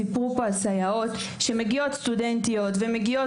הסיפור פה הסייעות - כשמגיעות סטודנטיות ומגיעות